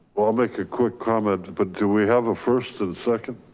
i'll make ah quick comment, but do we have a first and second?